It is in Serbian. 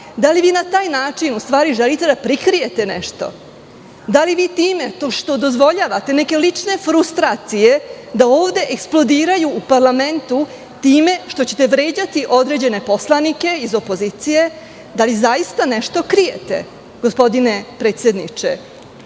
da li vi na taj način u stvari želite da prikrijete nešto? Da li time što dozvoljavate neke lične frustracije, da ovde eksplodiraju u parlamentu, time što ćete da vređate određene poslanike iz opozicije, da li zaista nešto krijete, gospodine predsedniče? Nešto